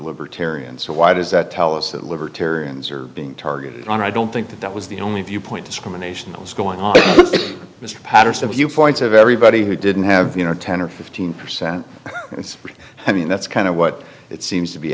libertarian so why does that tell us that libertarians are being targeted on i don't think that that was the only viewpoint discrimination that was going on mr patterson a view for it's of everybody who didn't have you know ten or fifteen percent i mean that's kind of what it seems to be